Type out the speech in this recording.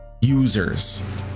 users